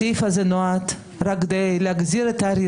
הסעיף הזה נועד רק כדי להחזיר את אריה